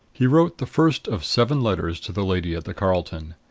he wrote the first of seven letters to the lady at the carlton.